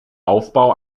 aufbau